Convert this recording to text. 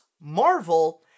Marvel